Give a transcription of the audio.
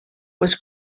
was